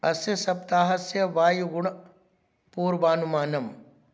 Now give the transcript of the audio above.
अस्य सप्ताहस्य वायुगुणं पूर्वानुमानम्